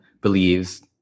believes